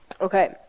Okay